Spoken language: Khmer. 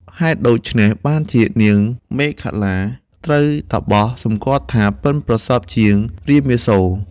ហេតុដូច្នេះបានជានាងមេខលាត្រូវតាបសសំគាល់ថា ប៉ិនប្រសប់ជាងរាមាសូរ។